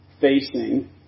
facing